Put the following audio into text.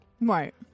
Right